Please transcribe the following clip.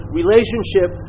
relationship